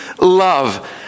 love